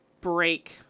break